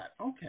Okay